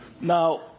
Now